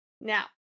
now